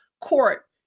court